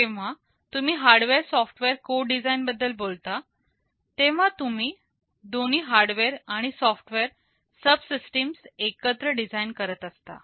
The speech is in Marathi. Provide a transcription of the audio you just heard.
जेव्हा तुम्ही हार्डवेअर सॉफ्टवेअर कोडिझाईन बद्दल बोलता तेव्हा तुम्ही दोन्ही हार्डवेअर आणि सॉफ्टवेअर सबसिस्टिम्स एकत्र डिझाईन करत असता